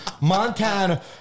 Montana